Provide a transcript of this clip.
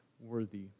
worthy